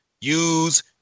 use